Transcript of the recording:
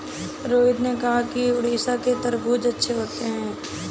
रोहित ने कहा कि उड़ीसा के तरबूज़ अच्छे होते हैं